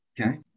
Okay